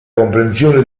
comprensione